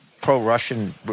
Pro-Russian